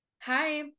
Hi